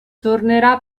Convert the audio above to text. tornerà